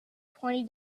twenty